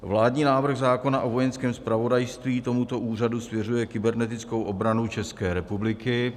Vládní návrh zákona o Vojenském zpravodajství tomuto úřadu svěřuje kybernetickou obranu České republiky.